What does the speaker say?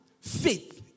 faith